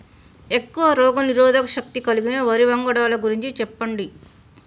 ఎక్కువ రోగనిరోధక శక్తి కలిగిన వరి వంగడాల గురించి చెప్పండి?